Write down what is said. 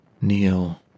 Kneel